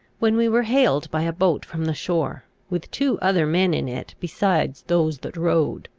when we were hailed by a boat from the shore, with two other men in it besides those that rowed.